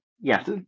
Yes